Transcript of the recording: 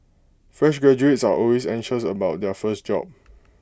fresh graduates are always anxious about their first job